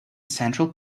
central